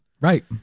right